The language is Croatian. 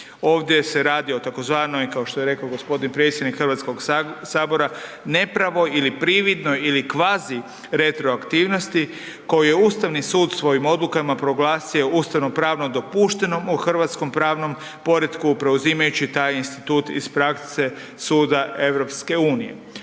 Ovdje se radi o tzv. kao što je rekao g. predsjednik HS, nepravo ili prividno ili kvazi retroaktivnosti koju je Ustavni sud svojim odlukama proglasio ustavnopravno dopuštenom u hrvatskom pravnom poretku preuzimajući taj institut iz prakse suda EU.